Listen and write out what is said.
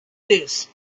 this